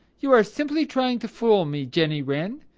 you are simply trying to fool me, jenny wren.